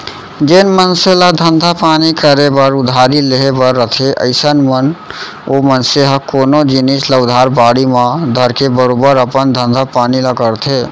जेन मनसे ल धंधा पानी करे बर उधारी लेहे बर रथे अइसन म ओ मनसे ह कोनो जिनिस ल उधार बाड़ी म धरके बरोबर अपन धंधा पानी ल करथे